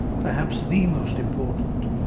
perhaps the most important,